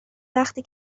وقتی